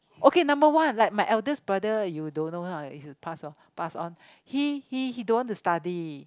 okay number one like my eldest brother you don't know ah he's a pass of pass on he he don't want to study